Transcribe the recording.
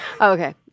Okay